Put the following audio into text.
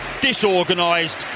disorganised